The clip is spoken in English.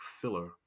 filler